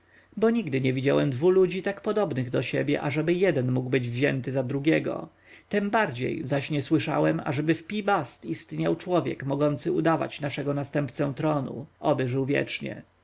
bo nigdy nie widziałem dwu ludzi tak podobnych do siebie ażeby jeden mógł być wzięty za drugiego tem bardziej zaś nie słyszałem ażeby w pi-bast istniał człowiek mogący udawać naszego następcę tronu oby żył wiecznie